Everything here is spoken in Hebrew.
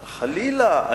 חלילה.